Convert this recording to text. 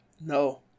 No